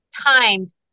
timed